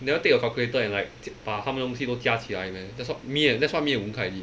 you never take your calculator and like 把他们的东西都加起来 then that's what me that's what me and wu kai did